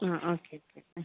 ആ okay okay